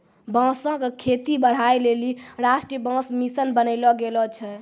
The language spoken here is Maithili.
बांसो क खेती बढ़ाय लेलि राष्ट्रीय बांस मिशन बनैलो गेलो छै